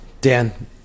Dan